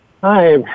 Hi